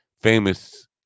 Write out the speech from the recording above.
famous